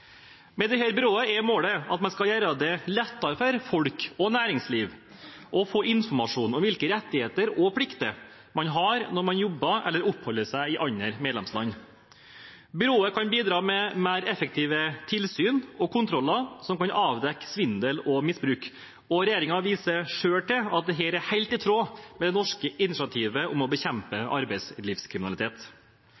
Med dette byrået er målet at man skal gjøre det lettere for folk og næringsliv å få informasjon om hvilke rettigheter og plikter man har når man jobber eller oppholder seg i andre medlemsland. Byrået kan bidra med mer effektive tilsyn og kontroller, som kan avdekke svindel og misbruk. Regjeringen viser selv til at dette er helt i tråd med det norske initiativet om å bekjempe